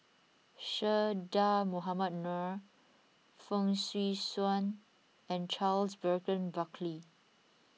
Che Dah Mohamed Noor Fong Swee Suan and Charles Burton Buckley